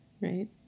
Right